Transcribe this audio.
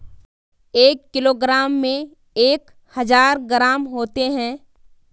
एक किलोग्राम में एक हजार ग्राम होते हैं